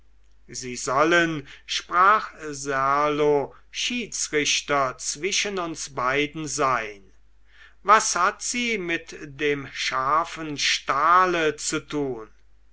sie sollen sprach serlo schiedsrichter zwischen uns beiden sein was hat sie mit dem scharfen stahle zu tun